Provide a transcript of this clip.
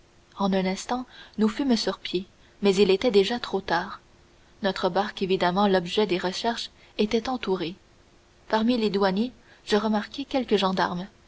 en un instant nous fûmes sur pied mais il était déjà trop tard notre barque évidemment l'objet des recherches était entourée parmi les douaniers je remarquai quelques gendarmes